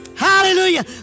Hallelujah